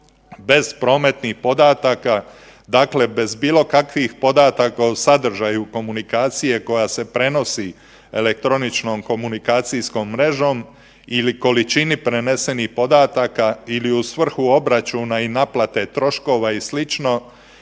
bez prometnih podataka dakle bez bilo kakvih podataka o sadržaju komunikacije koja se prenosi elektroničnom komunikacijskom mrežom ili količini prenesenih podataka ili u svrhu obračuna i naplate troškova i sl.